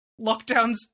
lockdowns